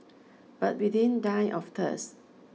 but we didn't die of thirst